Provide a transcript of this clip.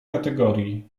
kategorii